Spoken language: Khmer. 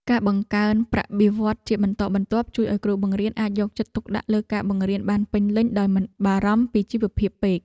ការបង្កើនប្រាក់បៀវត្សជាបន្តបន្ទាប់ជួយឱ្យគ្រូបង្រៀនអាចយកចិត្តទុកដាក់លើការបង្រៀនបានពេញលេញដោយមិនបារម្ភពីជីវភាពពេក។